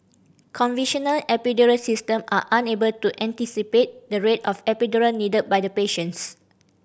conventional epidural system are unable to anticipate the rate of epidural needed by the patients